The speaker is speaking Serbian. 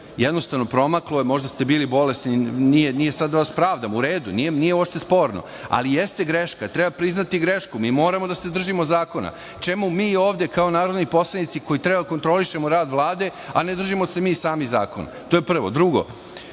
Jednostavno, promaklo je, možda ste bili bolesni, nije sada da vas pravdam, u redu, nije uopšte sporno, ali jeste greška. Treba priznati grešku. Mi moramo da se držimo zakona. Čemu mi ovde kao narodni poslanici koji treba da kontrolišemo rad Vlade, a ne držimo se mi sami zakona? To je prvo. Drugo,